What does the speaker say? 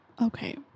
Okay